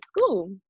school